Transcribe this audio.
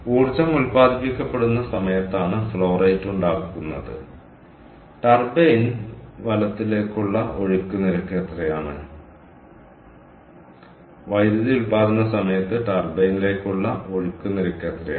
ഊർജ്ജം ഉൽപ്പാദിപ്പിക്കപ്പെടുന്ന സമയത്താണ് ഫ്ലോ റേറ്റ് ഉണ്ടാക്കുന്നത് ടർബൈൻ വലത്തിലേക്കുള്ള ഒഴുക്ക് നിരക്ക് എത്രയാണ് വൈദ്യുതി ഉൽപാദന സമയത്ത് ടർബൈനിലേക്കുള്ള ഒഴുക്ക് നിരക്ക് എത്രയാണ്